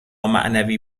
معنوی